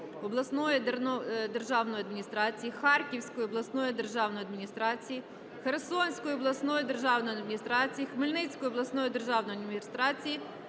обласної державної адміністрації, Харківської обласної державної адміністрації, Херсонської обласної державної адміністрації, Хмельницької обласної державної адміністрації,